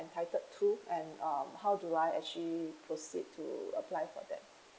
entitled to and um how do I actually proceed to apply for that